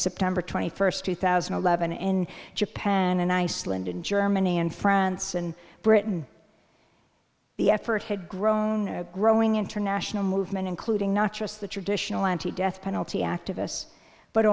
september twenty first two thousand and eleven in japan in iceland in germany and france and britain the effort had grown growing international movement including not just the traditional anti death penalty activists but